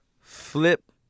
Flip